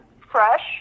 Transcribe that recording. fresh